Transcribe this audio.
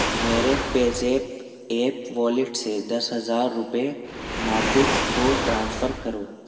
میرے PayZip app wallet سے دس ہزار روپے ناطق کو ٹرانسفر کرو